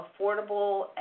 affordable